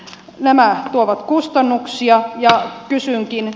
nämä tuovat kustannuksia ja kysynkin